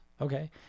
Okay